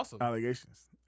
allegations